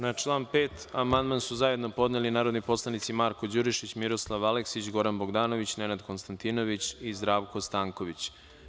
Na član 5. amandman su zajedno podneli narodni poslanici Marko Đurišić, Miroslav Aleksić, Goran Bogdanović, Nenad Konstantinović i Zdravko Stanković.